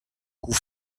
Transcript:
coup